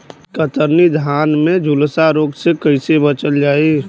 कतरनी धान में झुलसा रोग से कइसे बचल जाई?